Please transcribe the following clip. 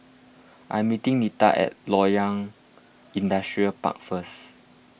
I am meeting Nita at Loyang Industrial Park first